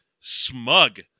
smug